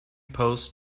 post